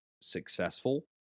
successful